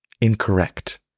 incorrect